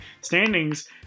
standings